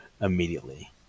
immediately